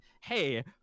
hey